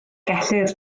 gellir